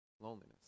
Loneliness